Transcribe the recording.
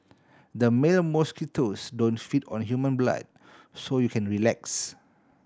the male mosquitoes don't feed on human blood so you can relax